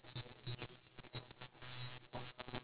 !whoa! eh that sounds a dope